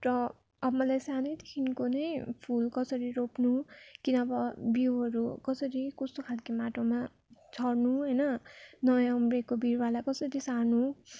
र अब मलाई सानैदेखिको नै फुल कसरी रोप्नु कि नभए बिउहरू कसरी कस्तो खालको माटोमा छर्नु होइन नयाँ उम्रेको बिरुवालाई कसरी सार्नु